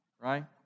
right